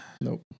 Nope